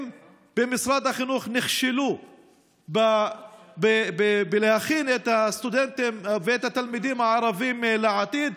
אם במשרד החינוך נכשלו בלהכין את הסטודנטים ואת התלמידים הערבים לעתיד,